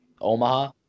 Omaha